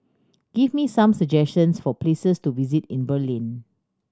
give me some suggestions for places to visit in Berlin